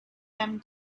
them